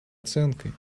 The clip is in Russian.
оценкой